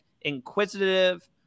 inquisitive